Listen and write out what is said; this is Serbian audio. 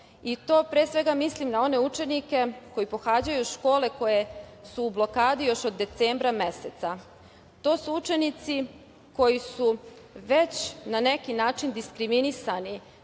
To pre svega mislim na one učenike koji pohađaju škole koje su u blokadi još od decembra meseca. To su učenici koji su već na neki način diskriminisani,